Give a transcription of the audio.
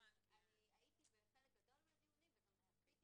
אני הייתי בחלק גדול מהדיונים וגם צפיתי